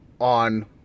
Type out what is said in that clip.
on